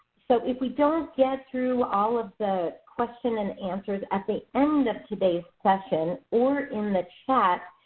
so if we don't get through all of the questions and answers at the end of today's session or in the chat,